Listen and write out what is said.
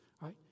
Right